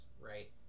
right